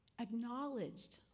acknowledged